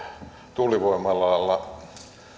tuulivoimalalla